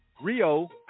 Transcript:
Rio